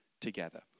together